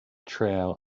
trail